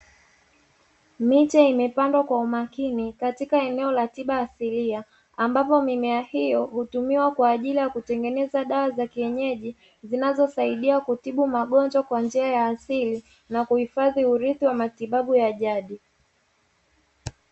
Miche imepandwa kwa umakini katika eneo la tiba asilia, ambapo mimea hiyo hutumiwa kwa ajili ya kutengeneza dawa za kienyeji zinazosaidia kutibu magonjwa kwa njia ya asili na kuhifadhi urithi wa matibabu ya jadi.